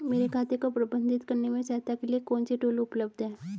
मेरे खाते को प्रबंधित करने में सहायता के लिए कौन से टूल उपलब्ध हैं?